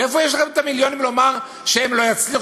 מאיפה יש לכם את המיליונים לומר שהם לא יצליחו